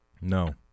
No